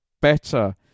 better